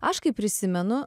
aš kaip prisimenu